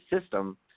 system